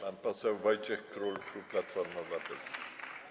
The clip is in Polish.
Pan poseł Wojciech Król, klub Platformy Obywatelskiej.